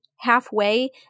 halfway